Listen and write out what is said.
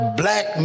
black